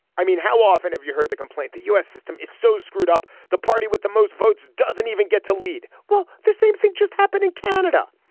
i mean how often have you heard the complaint the u s. system is so screwed up. the party with the most votes doesn't even get to lead. well the same thing just happened in canada.